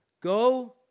Go